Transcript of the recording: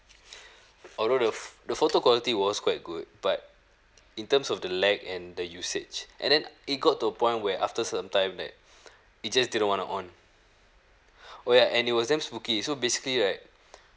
although the ph~ the photo quality was quite good but in terms of the lag and the usage and then it got to a point where after some time like it just didn't want to on oh ya and it was damn spooky so basically right